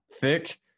thick